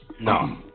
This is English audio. No